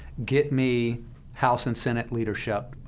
get me house and senate leadership,